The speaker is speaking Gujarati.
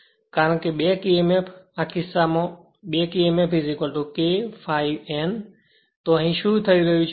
કારણ કે બેક emf કારણ કે આ કિસ્સામાં બેક emf K ∅ n તો અહીં શું થઈ રહ્યું છે